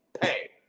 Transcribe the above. Pay